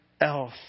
else